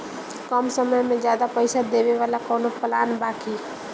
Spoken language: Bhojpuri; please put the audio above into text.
कम समय में ज्यादा पइसा देवे वाला कवनो प्लान बा की?